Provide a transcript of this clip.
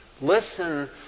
listen